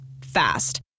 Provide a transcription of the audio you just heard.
Fast